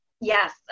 Yes